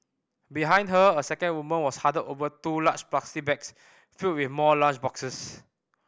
behind her a second woman was huddled over two large plastic bags filled with more lunch boxes